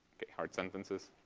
okay. hard sentences?